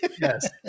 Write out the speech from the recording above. yes